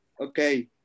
Okay